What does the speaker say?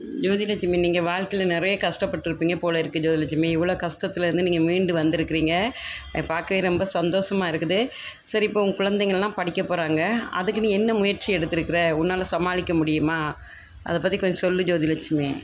ஜோதிலெட்சுமி நீங்கள் வாழ்க்கையில் நிறைய கஷ்டப்பட்ருப்பீங்க போல இருக்கு ஜோதிலெட்சுமி இவ்வளோ கஷ்டத்துலேருந்து நீங்கள் மீண்டு வந்துருக்கிறீங்க பார்க்கவே ரொம்ப சந்தோஷமாக இருக்குது சரி இப்போது உங்கள் குழந்தைங்களாம் படிக்கப் போகிறாங்க அதுக்கு நீ என்ன முயற்சி எடுத்துருக்குற உன்னால் சமாளிக்க முடியுமா அதை பற்றி கொஞ்சம் சொல்லு ஜோதிலெட்சுமி